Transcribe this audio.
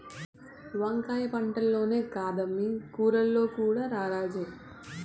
వంకాయ పంటల్లోనే కాదమ్మీ కూరల్లో కూడా రారాజే